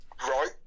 right